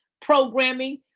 programming